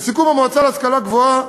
לסיכום, המועצה להשכלה גבוהה